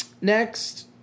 Next